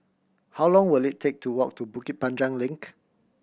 how long will it take to walk to Bukit Panjang Link